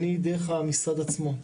אני דרך המשרד עצמו,